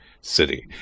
city